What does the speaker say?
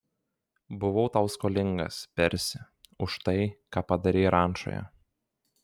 buvau tau skolingas persi už tai ką padarei rančoje